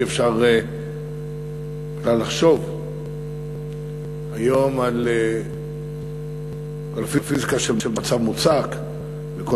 אי-אפשר בכלל לחשוב היום על פיזיקה של מצב מוצק וכל